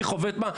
מי חובט בה?